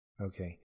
Okay